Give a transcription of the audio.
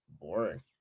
boring